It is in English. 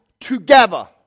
Together